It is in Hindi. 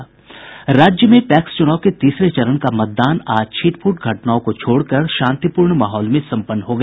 राज्य में पैक्स चूनाव के तीसरे चरण का मतदान आज छिटपुट घटनाओं को छोड़कर शांतिपूर्ण माहौल में सम्पन्न हो गया